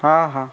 ହଁ ହଁ